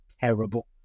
terrible